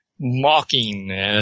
mocking